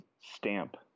stamp